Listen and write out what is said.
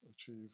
achieve